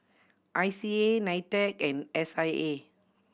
I C A NITEC and S I A